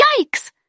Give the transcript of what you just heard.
Yikes